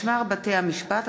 (משמר בתי-המשפט),